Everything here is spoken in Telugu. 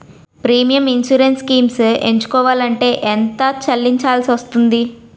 ప్రీమియం ఇన్సురెన్స్ స్కీమ్స్ ఎంచుకోవలంటే ఎంత చల్లించాల్సివస్తుంది??